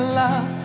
love